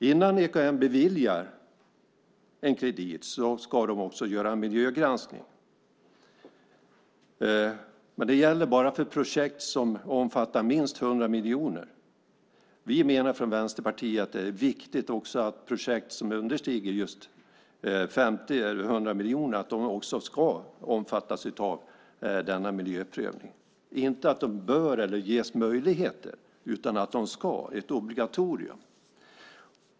Innan EKN beviljar en kredit ska de också göra en miljögranskning. Men det gäller bara för projekt som omfattar minst 100 miljoner. Vi menar från Vänsterpartiet att det är viktigt att också projekt som understiger 100 miljoner ska omfattas av denna miljöprövning - inte att de bör eller ges möjlighet utan att de ska. Det ska vara ett obligatorium.